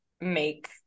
make